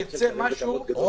ייצא משהו.